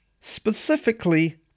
specifically